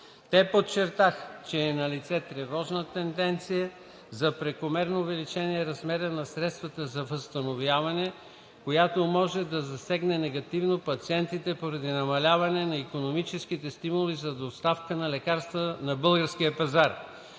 Те подчертаха, че е налице тревожна тенденция за прекомерно увеличение на размера на средствата за възстановяване, която може да засегне негативно пациентите поради намаляване на икономическите стимули за доставка на лекарства на българския пазар.